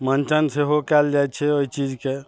मञ्चन सेहो कयल जाइत छै ओहि चीजके